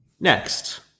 Next